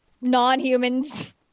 non-humans